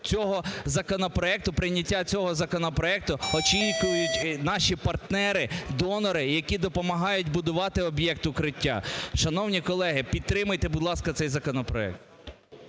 прийняття цього законопроекту, очікують наші партнери, донори, які допомагають будувати об'єкт "Укриття". Шановні колеги, підтримайте, будь ласка, цей законопроект.